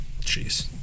Jeez